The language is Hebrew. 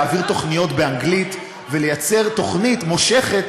להעביר תוכניות באנגלית ולייצר תוכנית מושכת